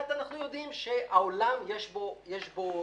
אנחנו יודעים שבעולם יש דברים.